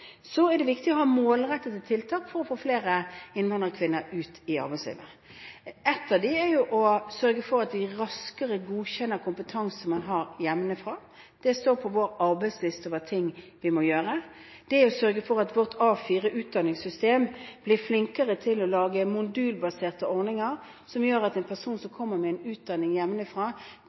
arbeidslivet. Et av dem er å sørge for at vi raskere godkjenner kompetanse de har hjemmefra. Det står på vår arbeidsliste over ting vi må gjøre. Det å sørge for at vi i vårt A4-utdanningssystem blir flinkere til å lage modulbaserte ordninger som gjør at personer som kommer med en utdanning